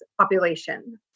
population